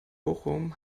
bochum